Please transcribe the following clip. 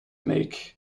make